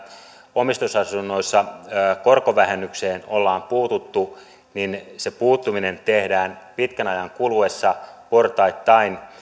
omistusasunnoissa korkovähennykseen ollaan puututtu niin se puuttuminen tehdään pitkän ajan kuluessa portaittain